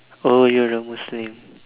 oh you're a Muslim